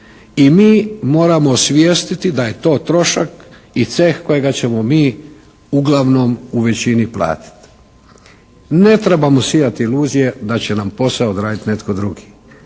i mi moramo osvijestiti da je to trošak i ceh kojega ćemo mi uglavnom u većini platiti. Ne trebamo sijati iluzije da će nam posao odraditi netko drugi.